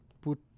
put